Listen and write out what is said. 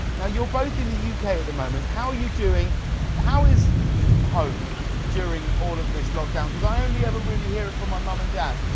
now you are both in the u k. at the moment. how are you doing how is home during all of this lockdown. because i only ever really hear from my mum and dad.